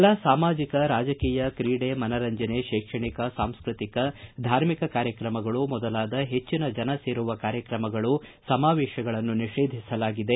ಎಲ್ಲ ಸಾಮಾಜಿಕ ರಾಜಕೀಯ ಕ್ರೀಡೆ ಮನರಂಜನೆ ಕೈಕ್ಷಣಿಕ ಸಾಂಸ್ಕೃತಿಕ ಧಾರ್ಮಿಕ ಕಾರ್ಯಕ್ತಮಗಳು ಮೊದಲಾದ ಹೆಚ್ಚಿನ ಜನ ಸೇರುವ ಕಾರ್ಯಕ್ರಮಗಳು ಸಮಾವೇಶಗಳನ್ನು ನಿಷೇಧಿಸಲಾಗಿದೆ